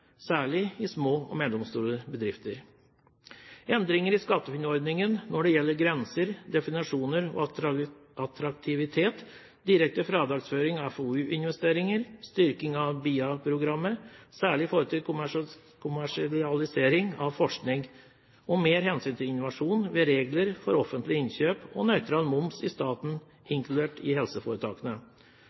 særlig i små og mellomstore bedrifter. Endringer i SkatteFUNN-ordningen når det gjelder grenser, definisjoner og attraktivitet, direkte fradragsføring av FoU-investeringer, styrking av BIA-programmet, særlig i forhold til kommersialisering av forskning, mer hensyn til innovasjon ved regler for offentlige innkjøp og nøytral moms i staten, inkludert helseforetakene, vil virke positivt for kapitaltilgangen i